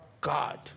God